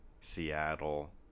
Seattle